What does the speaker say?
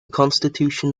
constitution